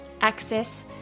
access